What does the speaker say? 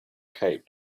cape